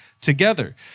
together